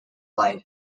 life